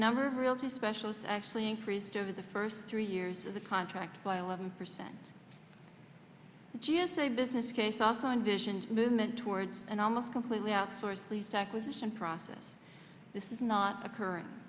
number of realtors specialists actually increased over the first three years of the contract by eleven percent just a business case also envisioned movement towards an almost completely outsource lease acquisition process this is not occurring